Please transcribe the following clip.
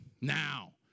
Now